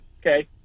okay